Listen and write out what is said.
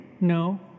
No